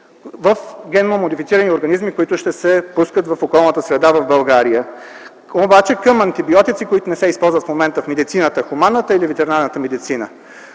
в генно модифицирани организми, които ще се пускат в околната среда в България, обаче към антибиотици, които не се използват в момента в медицината – хуманната или ветеринарната.